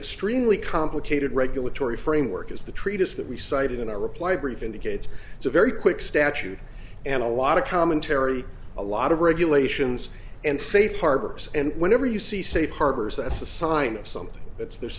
extremely complicated regulatory framework is the treatise that we cited in our reply brief indicates it's a very quick statute and a lot of commentary a lot of regulations and safe harbors and whenever you see safe harbors that's a sign of something that's there